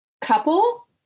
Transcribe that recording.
couple